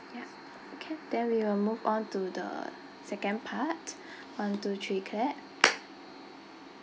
ya okay then we will move on to the second part one two three clap